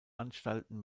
anstalten